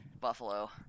Buffalo